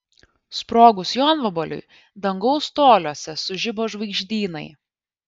sprogus jonvabaliui dangaus toliuose sužibo žvaigždynai